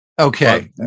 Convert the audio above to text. Okay